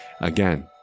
Again